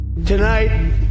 Tonight